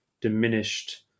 diminished